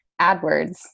AdWords